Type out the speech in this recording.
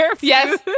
yes